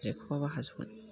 जेबोखौबो हाजोबगोन